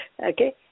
Okay